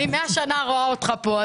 אני 100 שנה רואה אותך פה,